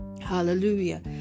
hallelujah